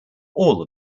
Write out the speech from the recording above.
all